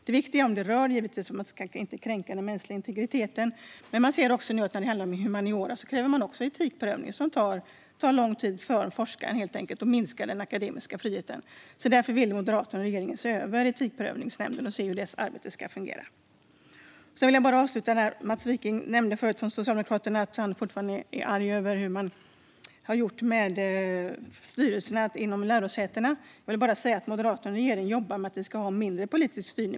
Det viktiga är att den mänskliga integriteten inte kränks. Nu krävs etikprövningar också inom humaniora. Dessa tar lång tid för forskarna och minskar den akademiska friheten, och därför vill Moderaterna och regeringen se över Etikprövningsmyndigheten och hur dess arbete ska fungera. Avslutningsvis nämnde Mats Wiking från Socialdemokraterna att han fortfarande är arg över hur man har gjort med styrelserna i lärosätena. Jag vill bara säga att Moderaterna och regeringen jobbar med att det ska bli mindre politisk styrning.